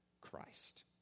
Christ